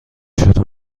شروع